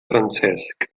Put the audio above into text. francesc